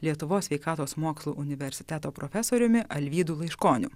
lietuvos sveikatos mokslų universiteto profesoriumi alvydu laiškoniu